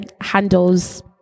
handles